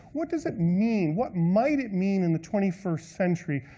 what does it mean? what might it mean in the twenty first century,